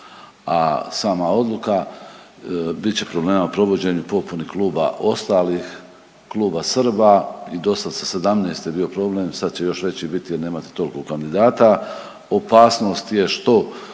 a sama odluka bit će problema u provođenju u popuni kluba ostalih, kluba Srba i dosad sa 17 je bio problem, sad će još veći biti jer nemate toliko kandidata. Opasnost je što